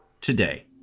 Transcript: today